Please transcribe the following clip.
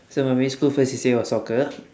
so my primary school first C_C_A was soccer